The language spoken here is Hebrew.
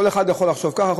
כל אחד יכול לחשוב ככה,